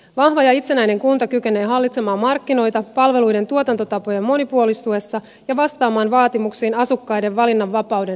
vahva ja itsenäinen kunta kykenee hallitsemaan markkinoita palveluiden tuotantotapojen monipuolistuessa ja vastaamaan vaatimuksiin asukkaiden valinnanvapauden lisäämisestä